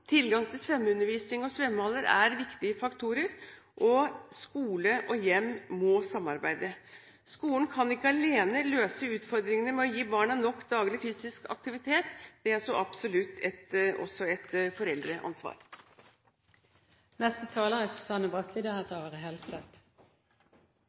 tilgang til svømmeundervisning og svømmehaller er viktige faktorer, og skole og hjem må samarbeide. Skolen kan ikke alene løse utfordringene med å gi barna nok daglig fysisk aktivitet. Det er så absolutt også et foreldreansvar. Det er